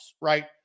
right